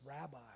rabbi